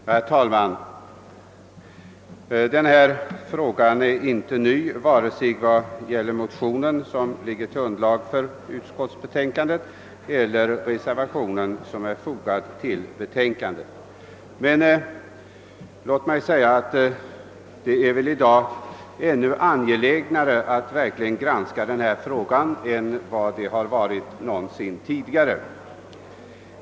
Herr talman! Denna fråga är inte ny vare sig det gäller den motion som ligger till grund för utskottsutlåtandet eller den reservation som är fogad till utlåtandet, men låt mig säga att det i dag är ännu mer angeläget att verkligen granska detta problem än det varit någonsin tidigare.